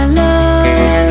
love